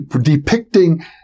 depicting